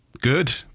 Good